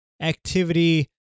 activity